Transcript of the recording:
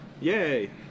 yay